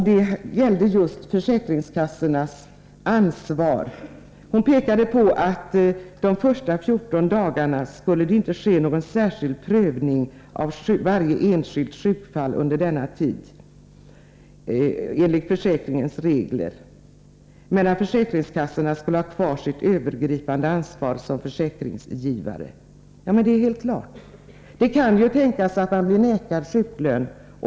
Det gällde försäkringskassornas ansvar. Hon pekade på att det under de första 14 dagarna inte skulle ske någon särskild prövning av varje enskilt sjukdomsfall enligt försäkringens regler, medan försäkringskassorna skulle ha kvar sitt övergripande ansvar som försäkringsgivare. Ja, det är helt klart. Det kan tänkas att man blir nekad sjuklön.